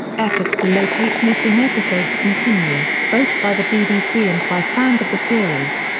efforts to locate missing episodes continue, both by the bbc and by fans of the series.